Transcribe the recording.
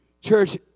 Church